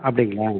அப்படிங்களா